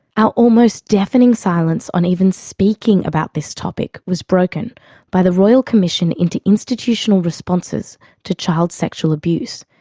our almost deafening silence on even speaking about this topic was broken by the royal commission into institutional responses to child sexual abuse,